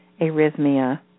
arrhythmia